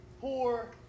poor